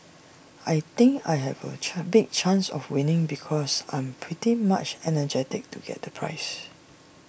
I think I have A chan big chance of winning because I'm pretty much energetic to get the prize